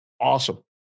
awesome